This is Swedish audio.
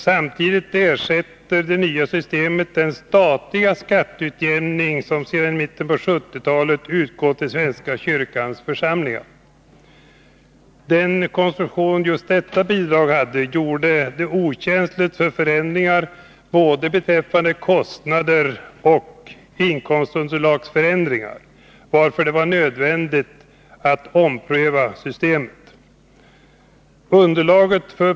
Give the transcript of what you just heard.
Samtidigt ersätter det nya systemet den statliga skatteutjämning som sedan mitten på 1970-talet har utgått till svenska kyrkans församlingar. Den konstruktion detta bidrag hade gjorde det okänsligt för förändringar beträffande både kostnader och inkomstunderlagsförändringar, varför det var nödvändigt att ompröva systemet.